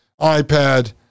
iPad